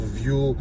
view